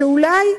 שאולי,